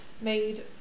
made